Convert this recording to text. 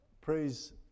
praise